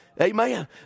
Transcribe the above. Amen